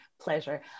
pleasure